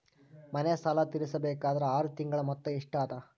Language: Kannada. ಮನೆ ಸಾಲ ತೀರಸಬೇಕಾದರ್ ಆರ ತಿಂಗಳ ಮೊತ್ತ ಎಷ್ಟ ಅದ?